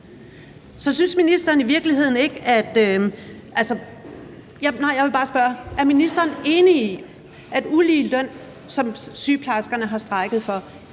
Er ministeren enig i, at problemet med ulige løn, som sygeplejerskerne har strejket for